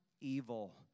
evil